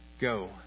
go